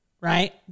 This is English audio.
Right